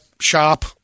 shop